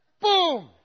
Boom